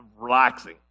relaxing